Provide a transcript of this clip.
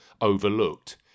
overlooked